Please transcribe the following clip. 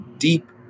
deep